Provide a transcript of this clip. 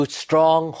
strong